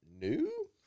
new